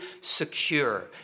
secure